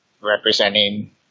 representing